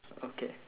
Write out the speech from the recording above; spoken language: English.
okay